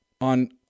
On